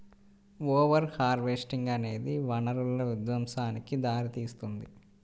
over harvesting అనేది వనరుల విధ్వంసానికి దారితీస్తుంది